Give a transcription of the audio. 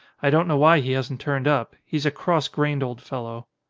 i don't know why he hasn't turned up. he's a cross-grained old fellow.